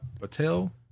Patel